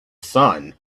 sun